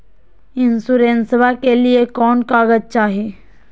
इंसोरेंसबा के लिए कौन कागज चाही?